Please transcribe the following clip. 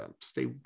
stay